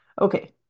Okay